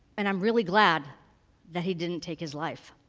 and i'm really glad that he didn't take his life.